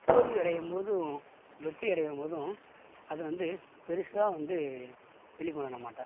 தோல்வி அடையும் போதும் வெற்றி அடையும் போதும் அதை வந்து பெருசாக வந்து வெளி கொணரமாட்டார்